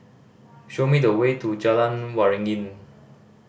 show me the way to Jalan Waringin